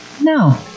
no